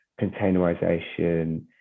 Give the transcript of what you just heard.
containerization